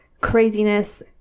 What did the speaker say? craziness